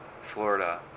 Florida